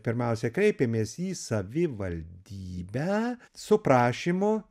pirmiausia kreipėmės į savivaldybę su prašymu